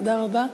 תודה רבה.